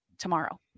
tomorrow